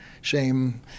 Shame